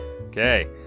Okay